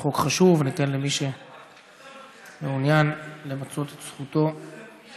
חוק חשוב, ניתן למי שמעוניין למצות את זכותו לדבר.